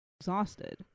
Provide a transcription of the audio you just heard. exhausted